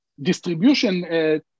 distribution